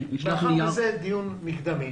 מאחר וזה דיון מקדמי